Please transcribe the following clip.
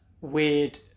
weird